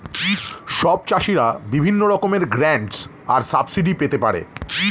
সব চাষীরা বিভিন্ন রকমের গ্র্যান্টস আর সাবসিডি পেতে পারে